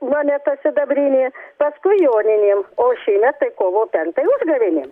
moneta sidabrinė paskui joninėms o šįmet tai kovo penktai užgavėnėms